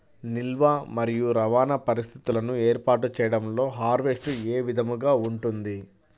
నిల్వ మరియు రవాణా పరిస్థితులను ఏర్పాటు చేయడంలో హార్వెస్ట్ ఏ విధముగా ఉంటుంది?